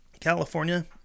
California